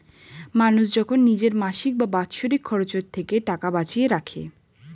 মানুষ যখন নিজের মাসিক বা বাৎসরিক খরচের থেকে টাকা বাঁচিয়ে রাখে